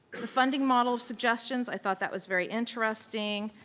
the funding model suggestions, i thought that was very interesting,